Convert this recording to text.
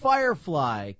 Firefly